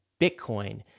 Bitcoin